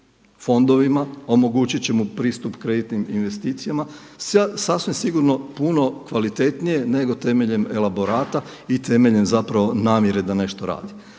fondovima, omogućiti će mu pristup kreditnim investicijama, sasvim sigurno puno kvalitetnije nego temeljem elaborata i temeljem zapravo namjere da nešto radi.